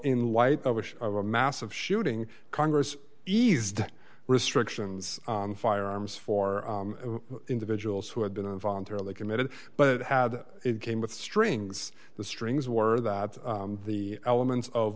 which of a massive shooting congress eased restrictions on firearms for individuals who had been involuntarily committed but had it came with strings the strings were that the elements of